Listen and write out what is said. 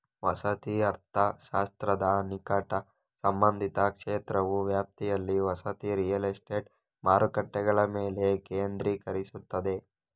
ವಸತಿ ಅರ್ಥಶಾಸ್ತ್ರದ ನಿಕಟ ಸಂಬಂಧಿತ ಕ್ಷೇತ್ರವು ವ್ಯಾಪ್ತಿಯಲ್ಲಿ ವಸತಿ ರಿಯಲ್ ಎಸ್ಟೇಟ್ ಮಾರುಕಟ್ಟೆಗಳ ಮೇಲೆ ಕೇಂದ್ರೀಕರಿಸುತ್ತದೆ